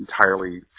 entirely